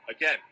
again